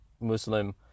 Muslim